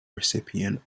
recipient